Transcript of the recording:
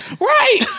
Right